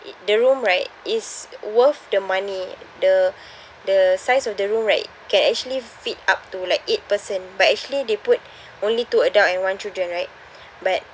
it the room right is worth the money the the size of the room right can actually fit up to like eight person but actually they put only two adult and one children right but